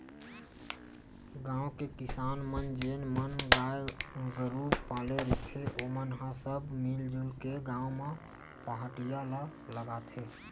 गाँव के किसान मन जेन मन गाय गरु पाले रहिथे ओमन ह सब मिलजुल के गाँव म पहाटिया ल लगाथे